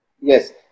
Yes